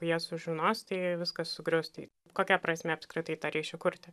jie sužinos tai viskas sugrius tai kokia prasmė apskritai tą ryšį kurti